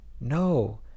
No